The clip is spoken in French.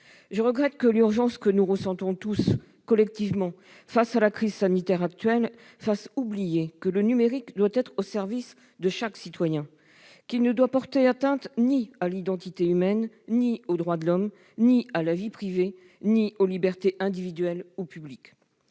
Je regrette que l'urgence que nous ressentons tous, collectivement, face à la crise sanitaire actuelle fasse oublier que le numérique doit être au service de chaque citoyen, qu'il ne doit porter atteinte ni à l'identité humaine, ni aux droits de l'homme, ni à la vie privée, ni aux libertés individuelles ou publiques.